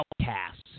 outcasts